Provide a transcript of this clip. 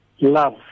love